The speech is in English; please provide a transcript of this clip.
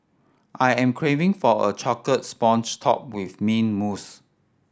I am craving for a chocolate sponge topped with mint mousse